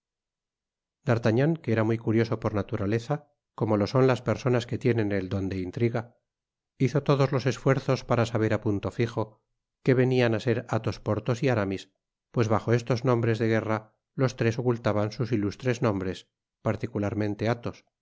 d'artagnan que era muy curioso por naturaleza como lo son las personas que tienen el don de intriga hizo todos los esfuerzos para saber á punto fijo que venían á ser athos porthos y aramis pues bajo estos nombres de guerra los tres ocultaban sus ilustres nombres particularmente athos